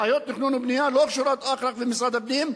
בעיות תכנון ובנייה לא קשורות אך ורק למשרד הפנים,